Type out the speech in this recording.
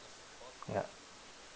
ya